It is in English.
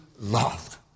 loved